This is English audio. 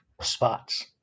spots